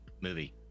movie